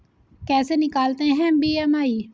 कैसे निकालते हैं बी.एम.आई?